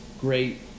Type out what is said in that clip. great